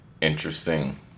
Interesting